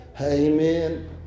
Amen